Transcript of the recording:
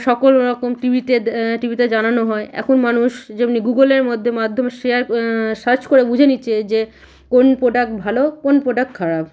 সকল রকম টিভিতে টিভিতে জানানো হয় এখন মানুষ যেমনি গুগলের মধ্যে মাধ্যম শেয়ার সার্চ করে বুঝে নিচ্ছে যে কোন প্রোডাক্ট ভালো কোন প্রোডাক্ট খারাপ